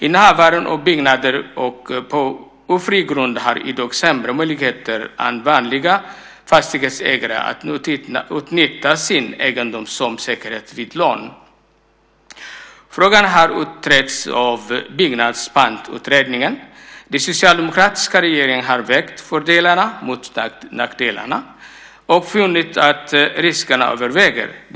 Innehavare av byggnader på ofri grund har i dag sämre möjligheter än vanliga fastighetsägare att utnyttja sin egendom som säkerhet vid lån. Frågan har utretts av Byggnadspantsutredningen. Den socialdemokratiska regeringen har vägt fördelarna mot nackdelarna och funnit att riskerna överväger.